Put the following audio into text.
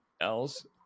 else